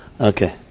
Okay